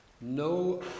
no